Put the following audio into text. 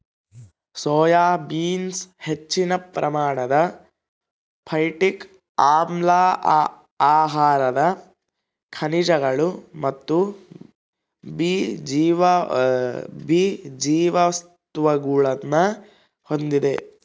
soya beans ಹೆಚ್ಚಿನ ಪ್ರಮಾಣದ phytic ಆಮ್ಲ ಆಹಾರದ ಖನಿಜಗಳು ಮತ್ತು ಬಿ ಜೀವಸತ್ವಗುಳ್ನ ಹೊಂದಿದೆ